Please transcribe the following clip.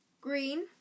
Green